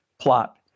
plot